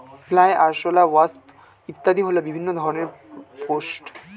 fly, আরশোলা, wasp ইত্যাদি হল বিভিন্ন রকমের পেস্ট